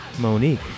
Monique